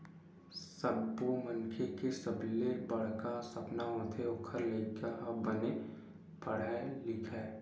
सब्बो मनखे के सबले बड़का सपना होथे ओखर लइका ह बने पड़हय लिखय